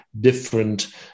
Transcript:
different